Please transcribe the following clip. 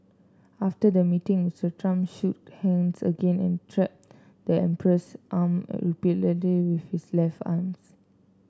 after the meeting Mister Trump shook hands again and tapped the emperor's arm repeatedly with his left arms